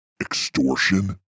Extortion